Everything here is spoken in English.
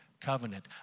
covenant